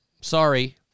Sorry